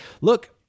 look